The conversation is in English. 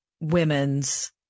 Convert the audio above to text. women's